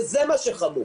וזה מה שחמור